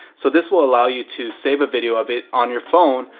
so this will allow you to save a video of it on your phone,